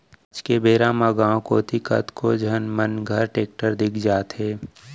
आज के बेरा म गॉंव कोती कतको झन मन घर टेक्टर दिख जाथे